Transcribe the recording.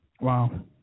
Wow